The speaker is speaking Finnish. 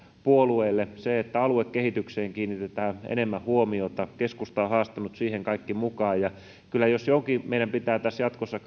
puolueille se että aluekehitykseen kiinnitetään enemmän huomiota keskusta on haastanut siihen kaikki mukaan jos johonkin meidän tässä pitää jatkossa